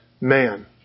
man